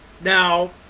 Now